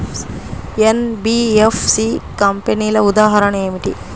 NBFC కంపెనీల ఉదాహరణ ఏమిటి?